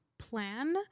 Plan